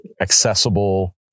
accessible